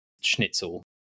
schnitzel